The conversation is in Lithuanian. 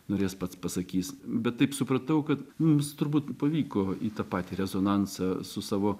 norės pats pasakys bet taip supratau kad mums turbūt pavyko į tą patį rezonansą su savo